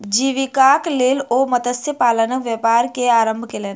जीवीकाक लेल ओ मत्स्य पालनक व्यापार के आरम्भ केलैन